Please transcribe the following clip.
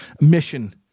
mission